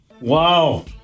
Wow